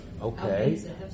Okay